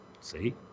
See